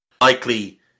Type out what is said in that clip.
likely